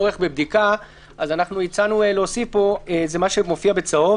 אנחנו הצענו להוסיף פה מה שמופיע בצהוב